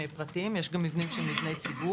פרטיים אבל יש גם מבנים שהם מבני ציבור.